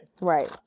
Right